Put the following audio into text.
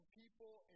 people